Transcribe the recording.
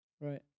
Right